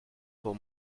pour